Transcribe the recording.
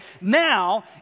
now